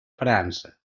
frança